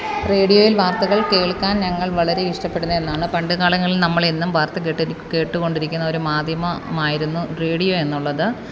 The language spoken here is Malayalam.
റേഡിയോയില് വാര്ത്തകള് കേള്ക്കാന് ഞങ്ങള് വളരെ ഇഷ്ടപ്പെടുന്ന ഒന്നാണ് പണ്ട് കാലങ്ങളില് നമ്മൾ എന്നും വാര്ത്ത കേട്ട് കേട്ട് കൊണ്ടിരിക്കുന്ന ഒരു മാധ്യമമായിരുന്നു റേഡിയോ എന്നുള്ളത്